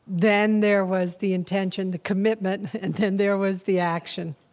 then there was the intention, the commitment. and then there was the action.